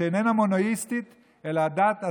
שאיננה מונותאיסטית אלא דת הסביבה.